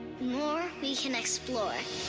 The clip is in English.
more, we can explore